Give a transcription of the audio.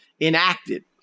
enacted